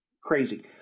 crazy